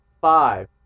five